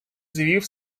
звів